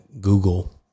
Google